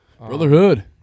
brotherhood